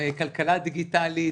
כלכלה דיגיטלית.